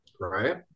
right